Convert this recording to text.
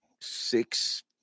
six